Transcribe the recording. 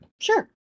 sure